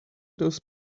those